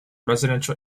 residential